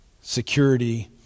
security